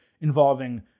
involving